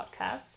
podcast